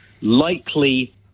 likely